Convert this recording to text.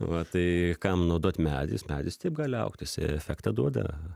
va tai kam naudot medis medis taip gali augt jisai efektą duoda